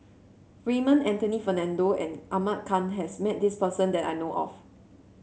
Raymond Anthony Fernando and Ahmad Khan has met this person that I know of